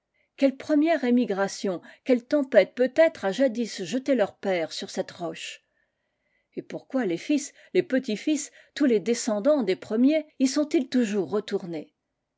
quelle première émigration quelle tempête peut-être a jadis jeté leurs pères sur cette roche et pourquoi les fils les petits-fils tous les descendants des premiers y sont-ils toujours retournés